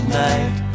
night